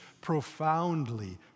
profoundly